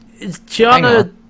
tiana